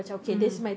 mm